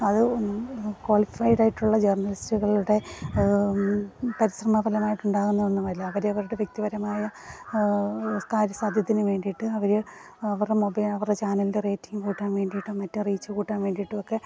അത് കോളിഫയ്ഡ് ആയിട്ടുള്ള ജേണലിസ്റ്റുകളുടെ പരിശ്രമഫലമായിട്ടുണ്ടാകുന്ന ഒന്നുമല്ല അവരവരുടെ വ്യക്തിപരമായ കാര്യസാധ്യത്തിന് വേണ്ടീട്ട് അവർ അവരുടെ മൊബൈൽ അവരുടെ ചാനലിൻ്റെ റേറ്റിംഗ് കൂട്ടാൻ വേണ്ടീട്ടും മറ്റ് റീച്ച് കൂട്ടാൻ വേണ്ടീട്ടുമൊക്കെ